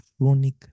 chronic